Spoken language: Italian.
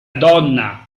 donna